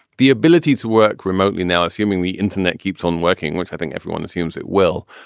the ability to work remotely. now, assuming the internet keeps on working, which i think everyone assumes it will,